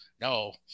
no